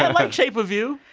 like, shape of you.